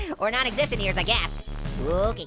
or non-existent ears, i guess.